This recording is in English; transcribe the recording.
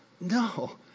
No